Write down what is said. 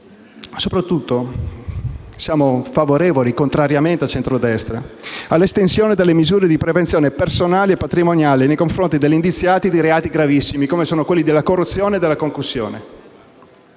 Soprattutto siamo favorevoli, contrariamente al centrodestra, all'estensione delle misure di prevenzione personali e patrimoniali nei confronti degli indiziati di reati gravissimi come sono quelli della corruzione e della concussione.